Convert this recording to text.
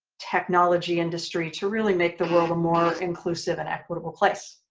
technology, industry to really make the world a more inclusive and equitable place.